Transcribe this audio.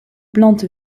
plante